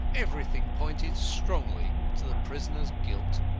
everything pointed strongly to the prisoner's guilt.